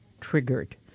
triggered